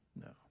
No